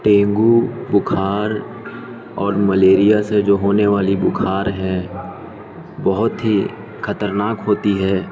dengue بخار اور malaria سے جو ہونے والی بخار ہے بہت ہی خطرناک ہوتی ہے